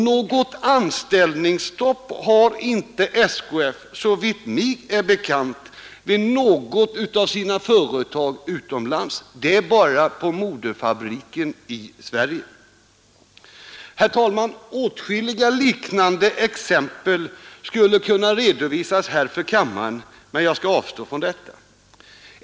Något anställningsstopp har inte SKF såvitt mig är bekant vid något av sina företag utomlands, utan det har man bara vid moderfabriken i Sverige. Herr talman! Åtskilliga liknande exempel skulle kunna redovisas här för kammaren, men jag skall avstå ifrån detta.